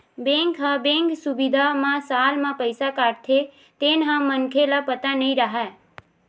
bank ह bank सुबिधा म साल म पईसा काटथे तेन ह मनखे ल पता नई रहय